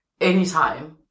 anytime